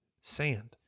sand